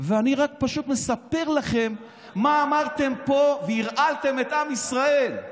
ואני רק פשוט מספר לכם מה אמרתם פה והרעלתם את עם ישראל.